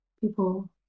People